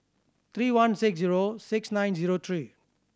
three one six zero six nine zero three